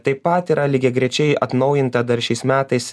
taip pat yra lygiagrečiai atnaujinta dar šiais metais